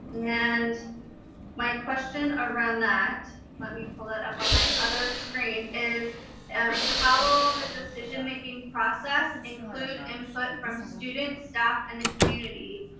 and my question around that, let me pull it up on my other screen, is and how will the decision making process include input from students, staff and the community,